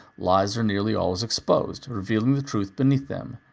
lies are nearly always exposed, revealing the truth beneath them.